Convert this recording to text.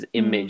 image